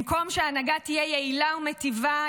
במקום שההנהגה תהיה יעילה ומיטיבה,